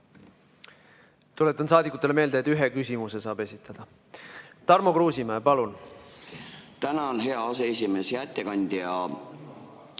Tuletan saadikutele meelde, et ühe küsimuse saab esitada. Tarmo Kruusimäe, palun! Tänan, hea aseesimees! Hea ettekandja!